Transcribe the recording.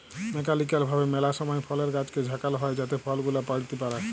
mechanical ভাবে ম্যালা সময় ফলের গাছকে ঝাঁকাল হই যাতে ফল গুলা পইড়তে পারে